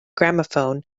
gramophone